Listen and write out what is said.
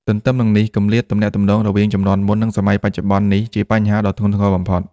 ទទ្ទឹមនឹងនេះ គម្លាតទំនាក់ទំនងរវាងជំនាន់មុន និងសម័យបច្ចុប្បន្ននេះជាបញ្ហាដ៏ធ្ងន់ធ្ងរបំផុត។